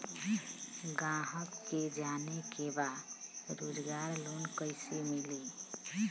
ग्राहक के जाने के बा रोजगार लोन कईसे मिली?